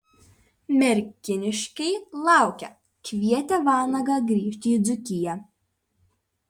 merkiniškiai laukia kvietė vanagą grįžti į dzūkiją